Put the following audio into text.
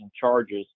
charges